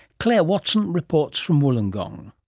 clare watson reports from wollongong.